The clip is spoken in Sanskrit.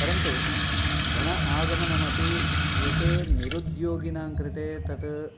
परन्तु धन आगमनमपि यत् निरुद्योगिनां कृते तत्